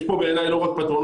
יש פה בעיניי לא רק פטרונות,